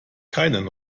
keinen